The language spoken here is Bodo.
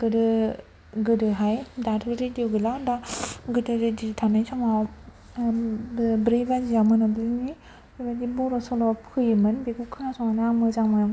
गोदो गोदोहाय दाथ' रेडिय' गैला दा गोदो रेडिय' थानाय समाव ब्रै बाजियाव मोनाबिलिनि बेबादि बर' सल' फैयोमोन बेखौ खोनासंनानै आं मोजां मोनोमोन